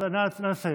אז נא לסיים.